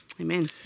Amen